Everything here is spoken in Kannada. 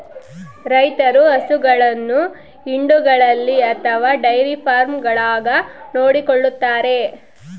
ರೈತರು ಹಸುಗಳನ್ನು ಹಿಂಡುಗಳಲ್ಲಿ ಅಥವಾ ಡೈರಿ ಫಾರ್ಮ್ಗಳಾಗ ನೋಡಿಕೊಳ್ಳುತ್ತಾರೆ